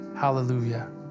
Hallelujah